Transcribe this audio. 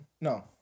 No